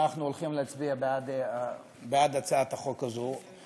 אנחנו הולכים להצביע בעד הצעת החוק הזאת,